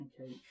Okay